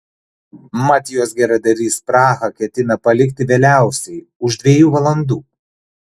mat jos geradarys prahą ketina palikti vėliausiai už dviejų valandų